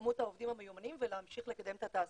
כמות העובדים המיומנים ולהמשיך לקדם את התעשייה.